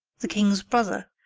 the king's brother,